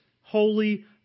holy